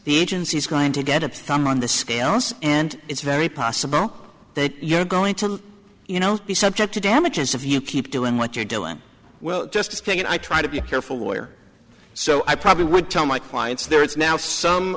the agency's going to get up thumb on the scales and it's very possible that you're going to you know be subject to damages if you keep doing what you're doing well just asking and i try to be careful lawyer so i probably would tell my clients there is now some